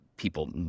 People